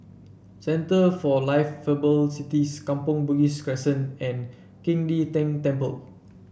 Centre for Liveable Cities Kampong Bugis Crescent and Qing De Tang Temple